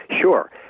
Sure